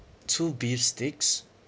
two beef steaks